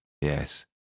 yes